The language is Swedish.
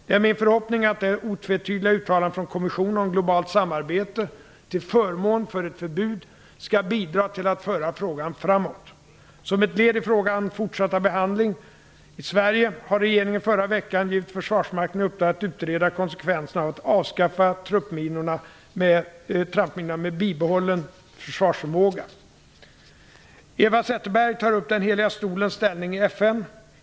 Det är min förhoppning att det otvetydiga uttalandet från kommissionen om globalt samarbete till förmån för ett förbud skall bidra till att föra frågan framåt. Som ett led i frågans fortsatta behandling i Sverige har regeringen i förra veckan givit försvarsmakten i uppdrag att utreda konsekvenserna av att avskaffa trampminorna med bibehållen försvarsförmåga. Eva Zetterberg tar upp Heliga stolens ställning i FN.